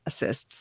assists